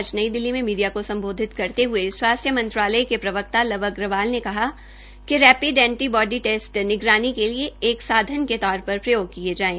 आज नई दिल्ली में मीडिया को सम्बोधित करते हये स्वास्थ्य मंत्रालय के प्रवक्ता लव अग्रवाल ने कहा कि रेपिड एंटी बाडी टेस्ट निगरानी के लिए एक साधन के तौर पर प्रयोग किये जायें